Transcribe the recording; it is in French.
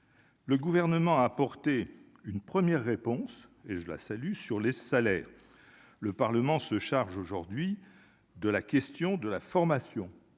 le gouvernement a apporter une première réponse et je la salue sur les salaires, le parlement se charge aujourd'hui de la question de la formation,